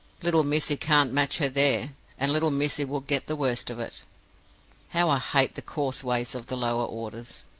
little missie can't match her there and little missie will get the worst of it how i hate the coarse ways of the lower orders!